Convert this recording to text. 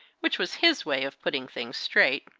which was his way of putting things straight.